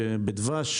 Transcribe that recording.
בדבש,